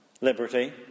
liberty